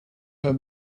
her